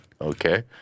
Okay